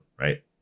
Right